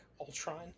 Ultron